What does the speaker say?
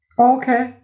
Okay